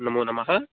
नमो नमः